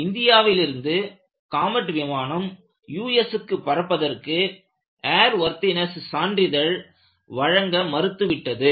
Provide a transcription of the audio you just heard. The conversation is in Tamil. எனவே இந்தியாவிலிருந்து காமெட் விமானம் USக்கு பறப்பதற்கு ஏர் வொர்த்தினீஸ் சான்றிதழ் வழங்க மறுத்துவிட்டது